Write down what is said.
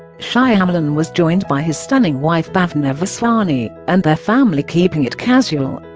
shyamalan was joined by his stunning wife bhavna vaswani and their family keeping it casual!